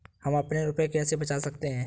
हम अपने रुपये कैसे बचा सकते हैं?